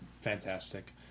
fantastic